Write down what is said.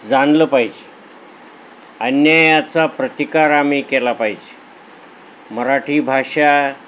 जाणलं पाहिजे अन्यायाचा प्रतिकार आम्ही केला पाहिजे मराठी भाषा